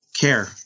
care